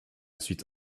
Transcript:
suite